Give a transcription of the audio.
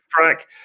track